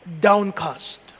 downcast